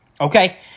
Okay